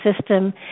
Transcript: system